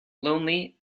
lonely